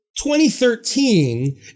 2013